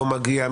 לא מגיע,